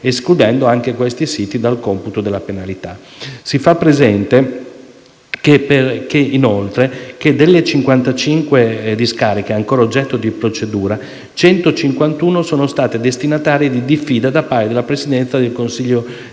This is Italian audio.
escludendo anche questi siti dal computo della penalità. Si fa presente, inoltre, che delle 155 discariche ancora oggetto di procedura, 151 sono state destinatarie di diffida da parte della Presidenza del Consiglio